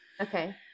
Okay